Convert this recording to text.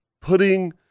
putting